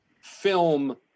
film